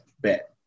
bet